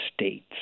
States